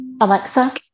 alexa